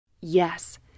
Yes